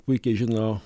puikiai žino